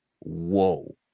Whoa